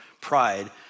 pride